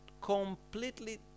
completely